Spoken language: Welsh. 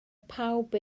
pawb